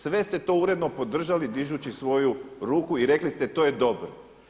Sve ste to uredno podržali dižući svoju ruku i rekli ste to je dobro.